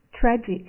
tragic